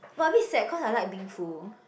but a bit sad cause I like being full